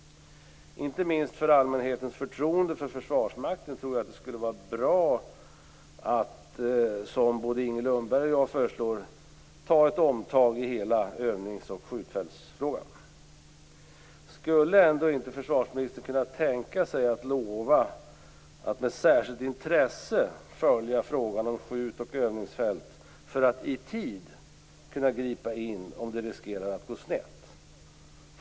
Inte minst för allmänhetens förtroende för Försvarsmakten skulle det vara bra, som både Inger Lundberg och jag föreslår, att ta ett omtag i hela skjut och övningsfältsfrågan. Skulle ändå inte försvarsministern kunna tänka sig att lova att med särskilt intresse följa frågan om skjutoch övningsfält för att i tid kunna gripa in om det riskerar att gå snett?